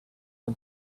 and